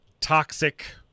Toxic